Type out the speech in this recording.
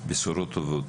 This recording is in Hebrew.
בשורות טובות.